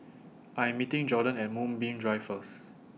I Am meeting Jordon At Moonbeam Drive First